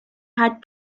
had